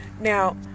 Now